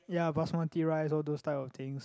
ya basmati rice all those type of things